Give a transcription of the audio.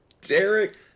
Derek